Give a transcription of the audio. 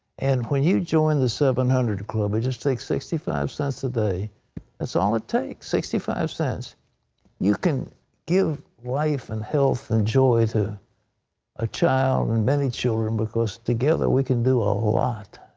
and when you join the seven hundred club, it just takes sixty five cents a day that's all it takes, sixty five cents you can give life and health and joy to a child, and many children, because together we can do a lot,